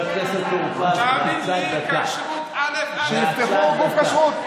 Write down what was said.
תאמין לי, כשרות אלף-אלף, שיפתחו גוף כשרות.